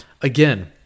again